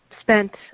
spent